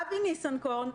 אבי ניסנקורן,